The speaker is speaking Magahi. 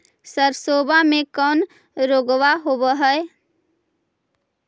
सरसोबा मे कौन रोग्बा होबय है?